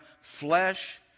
flesh